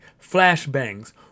flashbangs